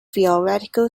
theoretical